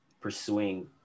pursuing